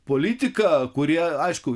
politiką kurie aišku